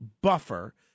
buffer